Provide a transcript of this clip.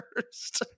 first